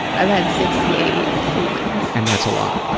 i've had sixty eight treatments. and that's a lot,